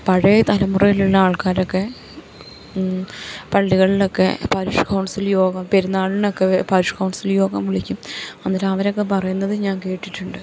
പഴയ തലമുറയിലുള്ള ആൾക്കാരൊക്കെ പള്ളികളിലൊക്കെ പാരിഷ് കൗൺസില് യോഗം പെരുന്നാളിനൊക്കെ പാരിഷ് കൗൺസില് യോഗം വിളിക്കും എന്നിട്ട് അവരൊക്കെ പറയുന്നത് ഞാൻ കേട്ടിട്ടുണ്ട്